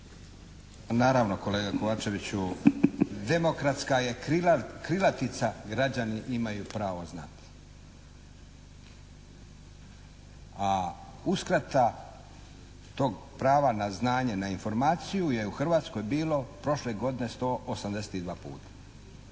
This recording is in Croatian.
Naravno kolega Kovačeviću, demokratska je krilatica građani imaju pravo znati, a uskrata tog prava na znanje, na informaciju je u Hrvatskoj bilo prošle godine 182 puta.